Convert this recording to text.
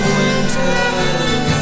winter's